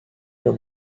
your